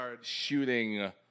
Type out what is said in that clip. shooting